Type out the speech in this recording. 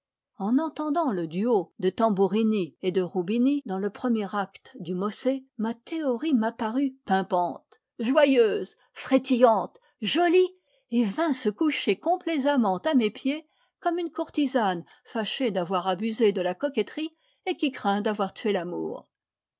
en entendant le duo de tamburini et de rubini dans le premier acte du mosè ma théorie m apparut pimpante joyeuse frétillante jolie et vint se coucher complaisamment à mes pieds comme une courtisane fâchée d'avoir abusé de la coquetterie et qui craint d'avoir tué l'amour